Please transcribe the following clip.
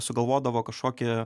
sugalvodavo kažkokį